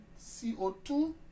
CO2